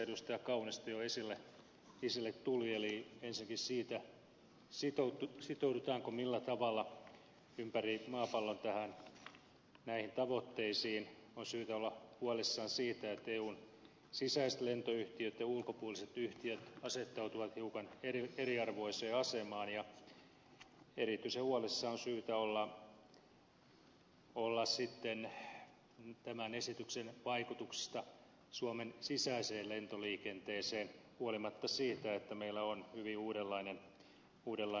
kaunisto jo esille toi eli ensinnäkin siitä sitoudutaanko millä tavalla ympäri maapallon näihin tavoitteisiin on syytä olla huolissaan siitä että eun sisäiset lentoyhtiöt ja ulkopuoliset yhtiöt asettautuvat hiukan eriarvoiseen asemaan ja erityisen huolissaan on syytä olla tämän esityksen vaikutuksista suomen sisäiseen lentoliikenteeseen huolimatta siitä että meillä on hyvin uudenlainen lentokalusto